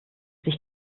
sich